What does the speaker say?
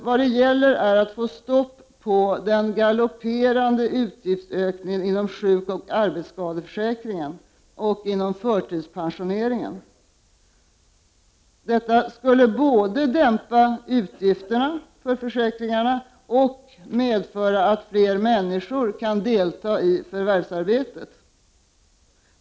Vad det gäller är att få stopp på den galopperande utgiftsökningen inom sjukoch arbetsskadeförsäkringen och inom förtidspensioneringen. Detta skulle både dämpa utgifterna för försäkringarna och medföra att fler människor kan delta i förvärvsarbetet.